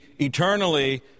eternally